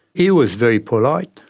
he was very polite,